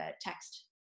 text